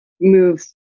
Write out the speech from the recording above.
move